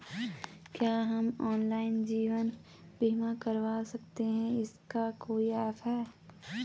क्या हम ऑनलाइन जीवन बीमा करवा सकते हैं इसका कोई ऐप है?